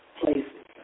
places